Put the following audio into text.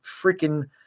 freaking